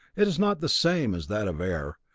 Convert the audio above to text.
it is not the same as that of air,